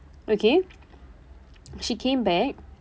okay she came back